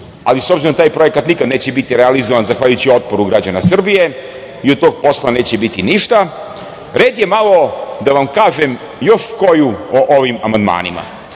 ali s obzirom da taj projekat nikad neće biti realizovan zahvaljujući otporu građana Srbije i od tog posla neće biti ništa, red je malo da vam kažem još koju o ovim amandmanima. Ja